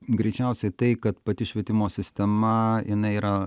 greičiausiai tai kad pati švietimo sistema jinai yra